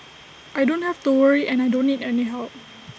I don't have to worry and I don't need any help